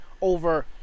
over